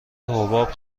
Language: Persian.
حباب